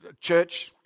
Church